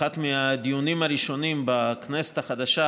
שאחד מהדיונים הראשונים בכנסת החדשה,